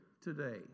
today